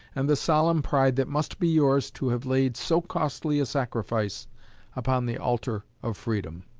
and the solemn pride that must be yours to have laid so costly a sacrifice upon the altar of freedom.